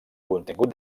contingut